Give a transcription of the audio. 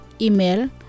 Email